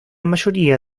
mayoría